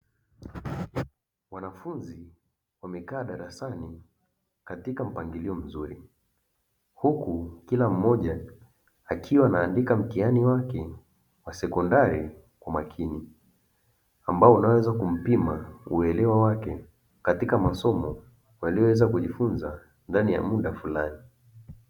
Wanafunzi wamekaa darasani katika mpangilio mzuri huku kila mmoja akiwa ana andika mtihani wake wa sekondari kwa makini, ambao unaweza kumpima uelewa wake katika masomo walioweza kujifunza ndani ya muda fulani.